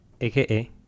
AKA